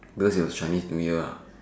because it was Chinese New Year lah